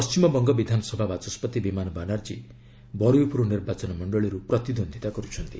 ପଣ୍ଟିମବଙ୍ଗ ବିଧାନସଭା ବାଚସ୍କତି ବିମାନ ବାନାର୍ଜୀ ବରୁଇପୁର ନିର୍ବାଚନ ମଣ୍ଡଳୀରୁ ପ୍ରତିଦ୍ୱନ୍ଦ୍ୱିତା କରୁଛନ୍ତି